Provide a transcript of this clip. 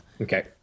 Okay